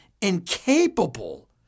incapable